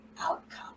outcome